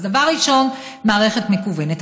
אז, דבר ראשון, מערכת מקוונת.